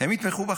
הם יתמכו בחוק.